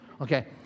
okay